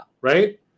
Right